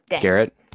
garrett